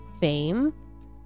fame